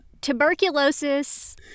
Tuberculosis